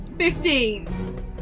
Fifteen